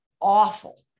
awful